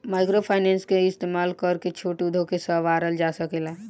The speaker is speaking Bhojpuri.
माइक्रोफाइनेंस के इस्तमाल करके छोट उद्योग के सवारल जा सकेला